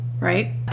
right